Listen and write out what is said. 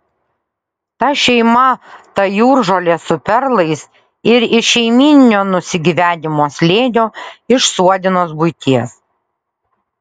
ta šeima ta jūržolė su perlais ir iš šeimyninio nusigyvenimo slėnio iš suodinos buities